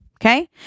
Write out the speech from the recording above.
Okay